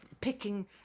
picking